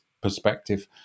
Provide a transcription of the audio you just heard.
perspective